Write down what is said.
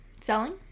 Selling